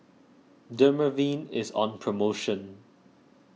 Dermaveen is on promotion